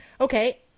Okay